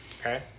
Okay